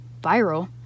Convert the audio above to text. viral